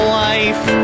life